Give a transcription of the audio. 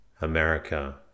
America